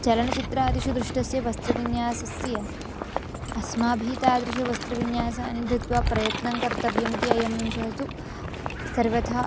चरणचित्रादिषु दृष्टस्य वस्त्रविन्यासस्य अस्माभिः तादृशः वस्त्रविन्यासाः धृत्वा प्रयत्नं कर्तव्यम् इति अयं अंशः तु सर्वथा